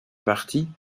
parti